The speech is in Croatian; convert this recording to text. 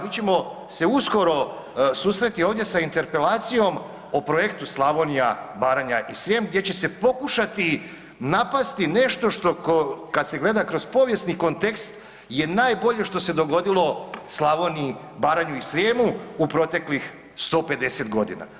Mi ćemo se uskoro susreti ovdje sa interpelacijom o projektu Slavonija, Baranja i Srijem gdje će se pokušati napasti nešto što, kad se gleda kroz povijesni kontekst je najbolje što se dogodilo Slavoniji, Baranji i Srijemu u proteklih 150 godina.